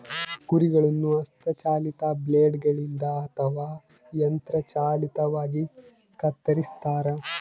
ಕುರಿಗಳನ್ನು ಹಸ್ತ ಚಾಲಿತ ಬ್ಲೇಡ್ ಗಳಿಂದ ಅಥವಾ ಯಂತ್ರ ಚಾಲಿತವಾಗಿ ಕತ್ತರಿಸ್ತಾರ